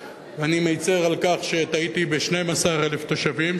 אני מצר על כך שטעיתי ב-12,000 תושבים,